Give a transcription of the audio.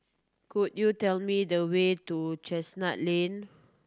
could you tell me the way to Chestnut Lane